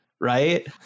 right